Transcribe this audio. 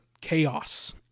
chaos